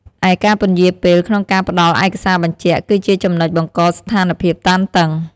ឯការពន្យាពេលក្នុងការផ្តល់ឯកសារបញ្ចាក់ គឺជាចំណុចបង្កស្ថានភាពតានតឹង។